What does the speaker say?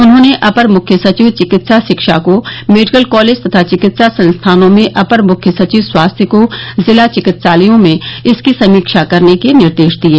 उन्होंने अपर मुख्य सचिव चिकित्सा शिक्षा को मेडिकल कॉलेज तथा चिकित्सा संस्थानों में अपर मुख्य सचिव स्वास्थ्य को जिला चिकित्सालयों में इसकी समीक्षा करने के निर्देश दिये